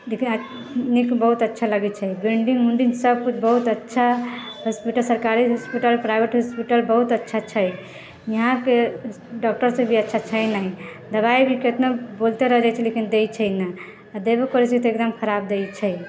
देखि नीक बहुत अच्छा लगैत छै बिल्डिंग विल्डिंग सभ किछु बहुत अच्छा हॉस्पिटल सरकारी हॉस्पिटल प्राइवेट हॉस्पिटल बहुत अच्छा छै इहाँके डॉक्टर सभ भी अच्छा छै नहि दवाइ भी केतनो बोलते रह जाइत छिऐ लेकिन दए छै नहि आ देबो करैत छै तऽ एकदम खराब दै छै